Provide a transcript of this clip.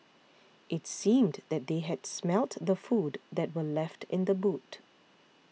it seemed that they had smelt the food that were left in the boot